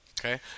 Okay